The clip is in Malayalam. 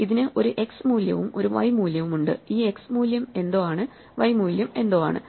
ഇതിന് ഒരു x മൂല്യവും ഒരു y മൂല്യവുമുണ്ട് ഈ x മൂല്യം എന്തോ ആണ് y മൂല്യം എന്തോ ആണ്